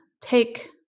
take